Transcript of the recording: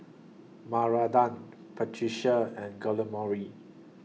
Maranda and Guillermo